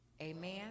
amen